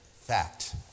fact